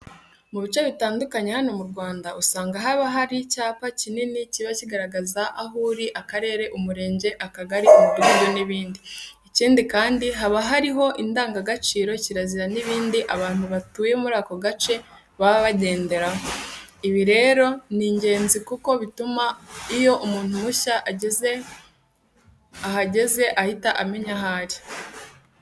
Mu bice bitandukanye hano mu Rwanda usanga haba hari icyapa kinini kiba kigaragaza aho uri, akarere, umurenge, akagari, umudugudu n'ibindi. Ikindi kandi, haba hariho indangagacire, kirazira n'ibindi abantu batuye muri ako gace baba bagenderaho. Ibi rero ni ingenzi kuko bituma iyo umuntu mushya ahageze ahita amenya aho ari.